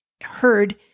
heard